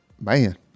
Man